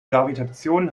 gravitation